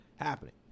happening